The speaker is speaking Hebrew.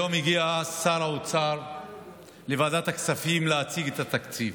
היום הגיע שר האוצר לוועדת הכספים להציג את התקציב,